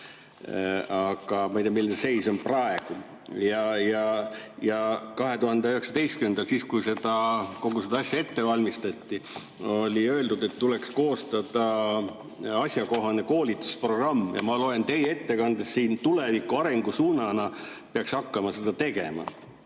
Aga ma ei tea, milline seis on praegu. 2019, kui kogu seda asja ette valmistati, öeldi, et tuleks koostada asjakohane koolitusprogramm. Ma loen teie ettekandest, et tuleviku arengusuunana peaks hakkama seda tegema.